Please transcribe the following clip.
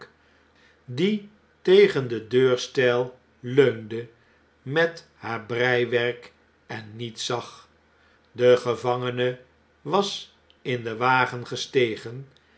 die tegen den deurstgl leunde met haar breiwerk en niets zag de gevangene was in den wagen gestegen